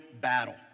battle